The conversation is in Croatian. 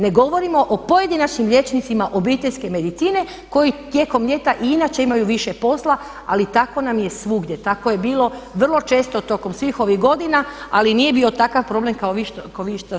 Ne govorimo o pojedinačnim liječnicima obiteljske medicine koji tijekom ljeta i inače imaju više posla ali tako nam je svugdje, tako je bilo vrlo često tokom svih ovih godina ali nije bio takav problem kao što vi sad iznosite.